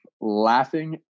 Laughing